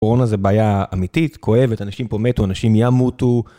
קורונה זה בעיה אמיתית, כואבת, אנשים פה מתו, אנשים ימותו.